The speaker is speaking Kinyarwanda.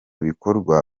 bikorwa